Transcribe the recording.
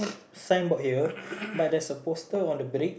sign board here but there's a poster on the brick